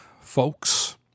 folks